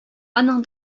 аның